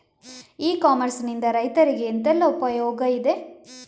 E commerce ನಿಂದ ರೈತರಿಗೆ ಎಂತೆಲ್ಲ ಉಪಯೋಗ ಇದೆ?